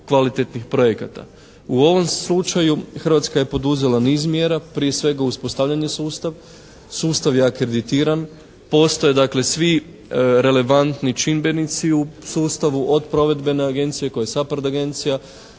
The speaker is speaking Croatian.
U ovom slučaju Hrvatska je poduzela niz mjera. Prije svega uspostavljen je sustav. Sustav je akreditiran. Postoje dakle svi relevantni čimbenici u sustavu od provedbene agencije koja je SAPARD agencija